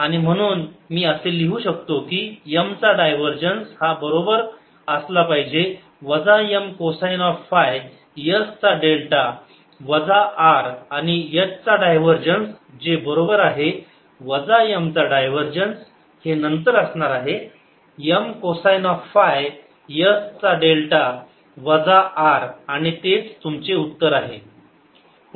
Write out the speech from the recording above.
आणि म्हणून मी असे लिहू शकतो की M चा डायव्हरजन्स हा बरोबर असला पाहिजे वजा M cosine of phi S चा डेल्टा वजा R आणि H चा डायव्हरजन्स जे बरोबर आहे वजा M चा डायव्हरजन्स हे नंतर असणार आहे M cosine of phi S चा डेल्टा वजा R आणि तेच तुमचे उत्तर आहे